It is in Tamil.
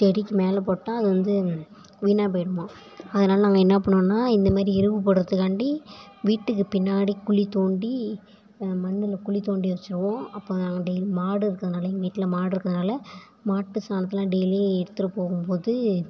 செடிக்கு மேலே போட்டால் அது வந்து வீணாக போய்டுமாம் அதனாலே நாங்கள் என்ன பண்ணுவோம்னால் இந்தமாதிரி எரு போடுறத்துக்குக்காண்டி வீட்டுக்கு பின்னாடி குழி தோண்டி மண்ணில் குழி தோண்டி வச்சுருவோம் அப்போ டெய்லியும் மாடு இருக்கிறதுனாலையும் வீட்டில் மாடு இருக்கிறதுனால மாட்டு சாணத்தெலாம் டெய்லி எடுத்துகிட்டு போகும் போது